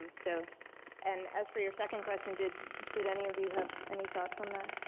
um so and as for your second question, did did any of you have any thoughts on that?